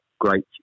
great